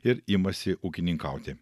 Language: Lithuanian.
ir imasi ūkininkauti